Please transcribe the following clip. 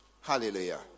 Hallelujah